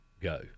go